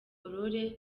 aurore